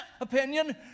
opinion